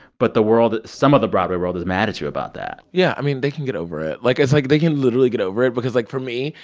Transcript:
but the world some of the broadway world is mad at you about that yeah. i mean, they can get over it. like, it's like, they can literally get over it because, like, for me,